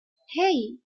hey